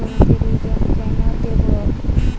জমিতে রিজেন্ট কেন দেবো?